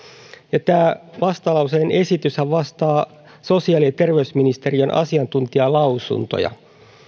tämä vastalauseen esityshän vastaa sosiaali ja terveysministeriön asiantuntijalausuntoja